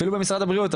אפילו במשרד הבריאות,